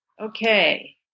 Okay